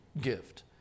gift